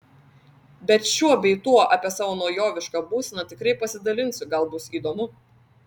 bet šiuo bei tuo apie savo naujovišką būseną tikrai pasidalinsiu gal bus įdomu